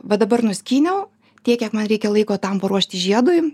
va dabar nuskyniau tiek kiek man reikia laiko tam paruošti žiedui